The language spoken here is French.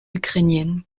ukrainienne